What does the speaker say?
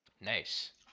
Nice